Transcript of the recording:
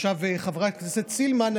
חברת הכנסת סילמן,